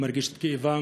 מרגיש את כאבם.